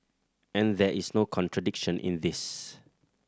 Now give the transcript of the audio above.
and there is no contradiction in this